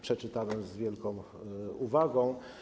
Przeczytałem go z wielką uwagą.